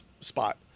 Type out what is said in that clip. spot